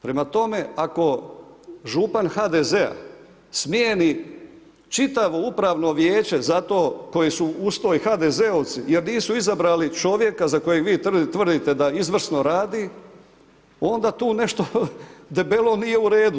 Prema tome, ako župan HDZ-a smijeni čitavo upravno vijeće za to, koji su uz to i HDZ-ovci jer nisu izabrali čovjeka za kojeg vi tvrdite da izvrsno radi, onda tu nešto debelo nije u redu.